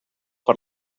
per